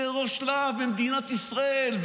זה ראש להב במדינת ישראל.